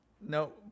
No